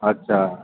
अच्छा